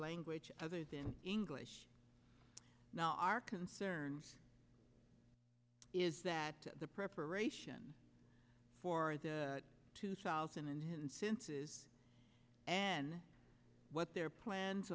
language other than english now our concern is that the preparation for the two thousand and one since is what their plans